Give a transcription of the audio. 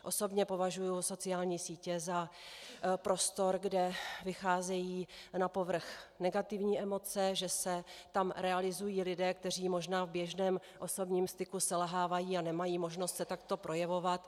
Osobně považuji sociální sítě za prostor, kde vycházejí na povrch negativní emoce, že se tam realizují lidé, kteří možná v běžném osobním styku selhávají a nemají možnost se takto projevovat.